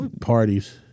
Parties